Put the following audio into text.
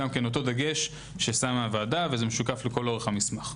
גם כן אותו דגש ששמה הוועדה וזה משוקף לאורך כל המסמך.